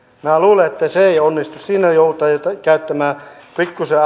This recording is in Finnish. minä luulen että se ei onnistu siinä joudutaan jo käyttämään pikkusen